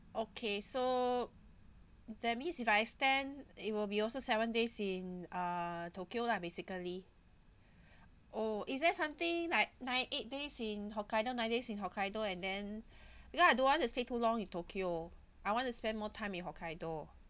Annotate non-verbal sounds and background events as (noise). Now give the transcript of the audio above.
okay so that means if I stand it will be also seven days in uh tokyo lah basically (breath) oh is there something like nine eight days in hokkaido nine days in hokkaido and then (breath) because I don't want to stay too long in tokyo I want to spend more time in hokkaido